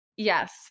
Yes